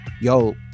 yo